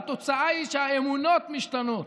והתוצאה היא שהאמונות משתנות,